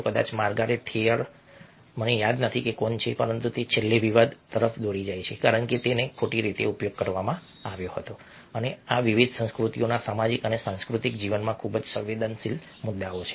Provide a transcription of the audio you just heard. કદાચ Margaret Thatcher મને યાદ નથી કે કોણ છે પરંતુ તે છેલ્લે વિવાદ તરફ દોરી જાય છે કારણ કે તેનો ખોટી રીતે ઉપયોગ કરવામાં આવ્યો હતો અને આ વિવિધ સંસ્કૃતિઓના સામાજિક અને સાંસ્કૃતિક જીવનમાં ખૂબ જ સંવેદનશીલ મુદ્દાઓ છે